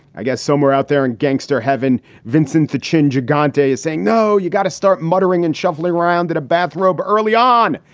i guess somewhere out there in gangster heaven. vincent the chin gigante is saying, no, you've got to start muttering and shuffling around in a bathrobe early on.